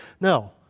No